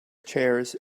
chairs